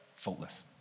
Faultless